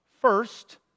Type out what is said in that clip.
First